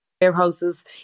warehouses